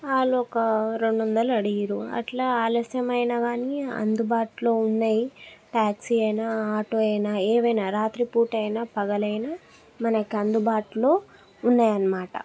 వాళ్ళు ఒక రెండొందలు అడిగారు అట్లా ఆలస్యమైనా కానీ అందుబాటులో ఉన్నయి ట్యాక్సీ అయినా ఆటో అయినా ఏవైనా రాత్రిపూట అయినా పగలైనా మనకి అందుబాటులో ఉన్నయన్నమాట